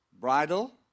bridle